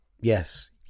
Yes